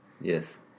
Yes